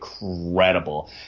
incredible